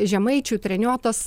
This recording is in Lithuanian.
žemaičių treniotos